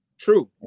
True